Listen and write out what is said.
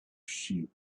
sheep